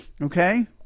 Okay